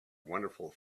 wonderful